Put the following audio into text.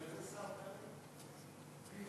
בשם איזה שר, פרי?